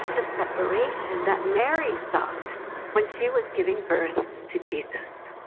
the separation that mary sought when she was giving birth to jesus.